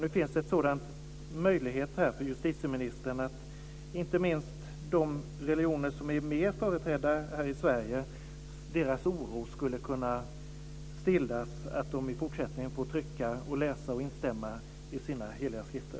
Nu finns det en sådan möjlighet för justitieministern. Inte minst skulle oron hos dem som tillhör religioner som är mer företrädda här i Sverige kunna stillas av beskedet att de i fortsättningen får trycka, läsa och instämma i sina heliga skrifter.